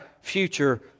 future